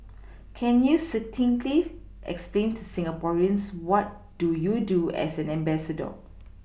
can you succinctly explain to Singaporeans what do you do as an ambassador